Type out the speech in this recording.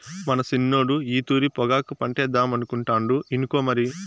మన సిన్నోడు ఈ తూరి పొగాకు పంటేద్దామనుకుంటాండు ఇనుకో మరి